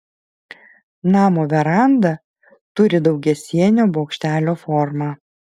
namo veranda turi daugiasienio bokštelio formą